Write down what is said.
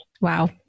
Wow